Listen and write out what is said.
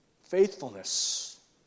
faithfulness